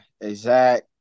exact